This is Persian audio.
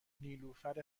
نیلوفر